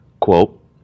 Quote